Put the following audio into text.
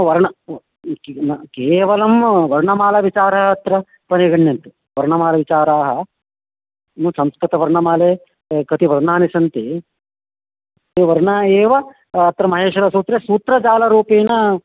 वर्णः न केवलं वर्णमालाविचारः अत्र परिगण्यन्ते वर्णमालविचाराः संस्कृतवर्णमाला कति वर्णानि सन्ति ते वर्णाः एव अत्र माहेश्वरसूत्रे सूत्रजालरूपेण